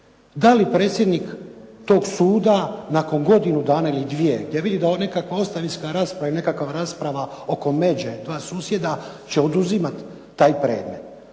Da li predsjednik toga suda nakon godinu dana ili dvije, ja vidim da je ovo nekakva ostavinska rasprava i nekakva rasprava oko međe, dva susjeda će oduzimat taj predmet.